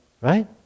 right